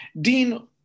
Dean